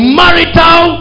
marital